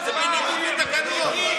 זה בניגוד לתקנון.